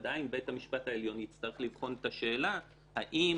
עדין בית המשפט העליון יצטרך לבחון את השאלה האם